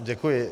Děkuji.